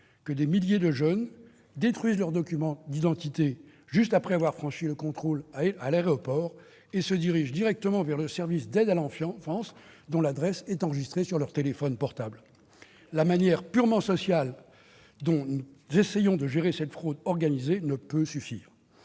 que des milliers de jeunes détruisent leurs documents d'identité, juste après avoir franchi le contrôle à l'aéroport, et se dirigent directement vers le service d'aide à l'enfance, dont l'adresse est enregistrée sur leur téléphone portable. La manière purement sociale dont nous essayons de gérer cette fraude organisée ne peut suffire.